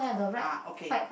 ah okay